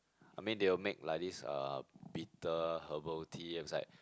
I mean they would make like this uh bitter herbal tea and it's like